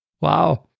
Wow